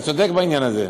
אני צודק בעניין הזה?